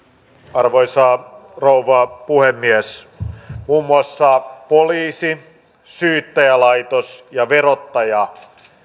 arvoisa rouva puhemies muun muassa poliisi syyttäjälaitos ja verottaja